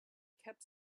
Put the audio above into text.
kept